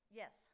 yes